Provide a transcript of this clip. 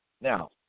Now